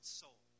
soul